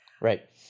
Right